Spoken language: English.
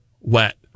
wet